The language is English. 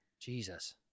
Jesus